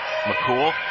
McCool